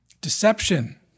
deception